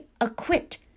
acquit